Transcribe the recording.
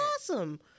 awesome